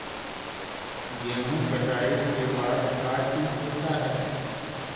गेहूं कटाई के बाद का चीज होता है?